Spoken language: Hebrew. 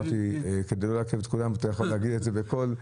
אתה יכול להגיד את זה בקול.